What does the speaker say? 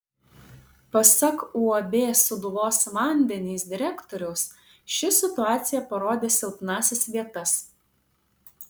pasak uab sūduvos vandenys direktoriaus ši situacija parodė silpnąsias vietas